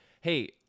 hey